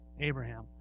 Abraham